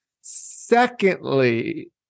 Secondly